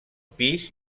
pis